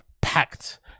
packed